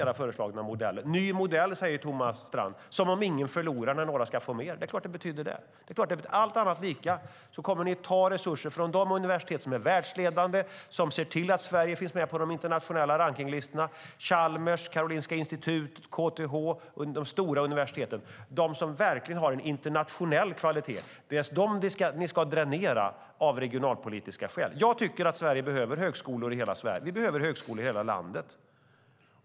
Det är en ny modell, säger Thomas Strand, som om ingen förlorar när några ska få mer. Men det är klart att vissa förlorar. Om allt annat är lika kommer ni att ta resurser från de lärosäten som är världsledande och ser till att Sverige finns med på de internationella rankningslistorna - Chalmers, Karolinska Institutet, KTH och de stora universiteten. De som verkligen har internationell kvalitet ska ni dränera av regionalpolitiska skäl. Jag tycker att Sverige behöver högskolor i hela landet.